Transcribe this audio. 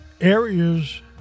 areas